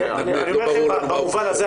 אני אומר לכם במובן הזה,